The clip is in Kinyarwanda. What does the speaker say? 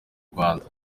rwanda